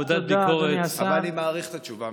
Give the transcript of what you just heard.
עבודת ביקורת, אבל אני מעריך את התשובה.